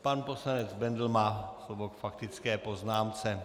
Pan poslanec Bendl má slovo k faktické poznámce.